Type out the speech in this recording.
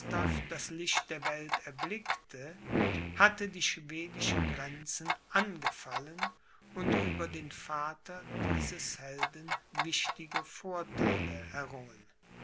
das licht der welt erblickte hatte die schwedischen grenzen angefallen und über den vater dieses helden wichtige vortheile errungen